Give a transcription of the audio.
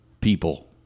people